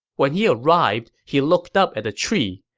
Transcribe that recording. when he arrived, he looked up at the tree.